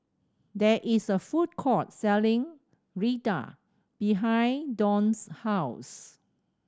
there is a food court selling Raita behind Donte's house